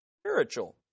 spiritual